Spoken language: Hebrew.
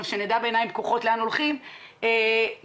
נדע לאן הולכים בעיניים פקוחות,